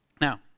Now